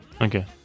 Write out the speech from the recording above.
Okay